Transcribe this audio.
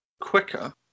quicker